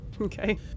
Okay